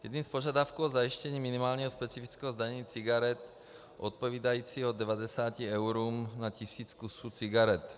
Jedním z požadavků je zajištění minimálního specifického zdanění cigaret odpovídajícího 90 eurům na tisíc kusů cigaret.